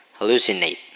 hallucinate